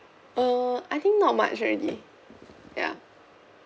uh I think not much already ya